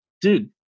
dude